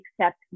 accept